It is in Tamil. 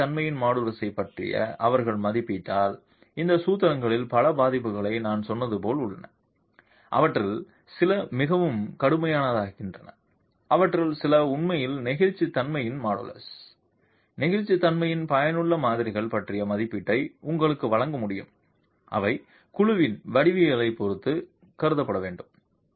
நெகிழ்ச்சித்தன்மையின் மாடுலஸைப் பற்றி அவர்கள் மதிப்பிட்டால் இந்த சூத்திரங்களின் பல பதிப்புகளை நான் சொன்னது போல் உள்ளன அவற்றில் சில மிகவும் கடுமையானதாகின்றன அவற்றில் சில உண்மையில் நெகிழ்ச்சித்தன்மையின் மாடுலஸ் நெகிழ்ச்சித்தன்மையின் பயனுள்ள மாதிரிகள் பற்றிய மதிப்பீட்டை உங்களுக்கு வழங்க முடியும் அவை குழுவின் வடிவவியலைப் பொறுத்து கருதப்பட வேண்டும்